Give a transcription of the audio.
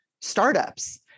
startups